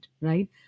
right